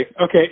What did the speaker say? okay